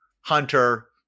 hunter